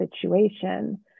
situation